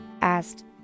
asked